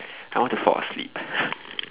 I want to fall asleep